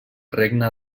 regne